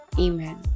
amen